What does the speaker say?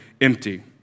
empty